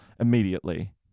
immediately